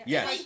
Yes